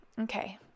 Okay